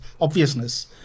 obviousness